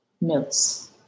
notes